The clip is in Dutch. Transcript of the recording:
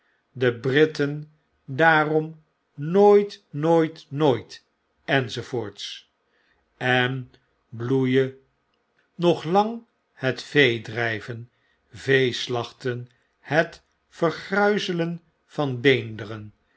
de britten daarom nooit nooit nooit enz en bloeie nog langhetvee drgven vee slachten hetvergruizelen van beenderen